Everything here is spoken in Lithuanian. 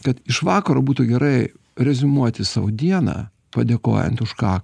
kad iš vakaro būtų gerai reziumuoti sau dieną padėkojant už ką